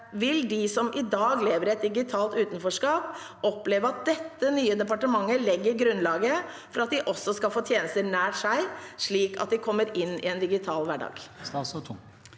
vil de som i dag lever i et digitalt utenforskap, oppleve at dette nye departementet legger grunnlaget for at de også skal få tjenester nær seg, slik at de kommer inn i en digital hverdag?